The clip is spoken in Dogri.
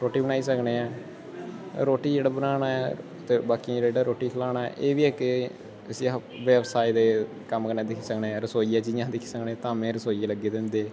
रोटी बनाई सकने ऐं रोटी जेह्ड़ा बनाना ऐ ते बाकियें गी जेह्ड़ा रोटी खलाना ऐ एह्दी इक इस्सी अस व्यवसाय दे कम्म कन्नै दिक्खी सकने रसोइये जियां अस दिक्खी सकने धामे च रसोइये लग्गे दे होंदे